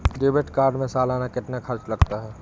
Debit card में सालाना कितना खर्च लगता है?